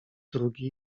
drugi